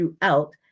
throughout